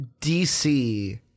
DC